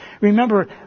Remember